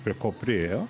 prie ko priėjo